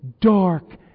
dark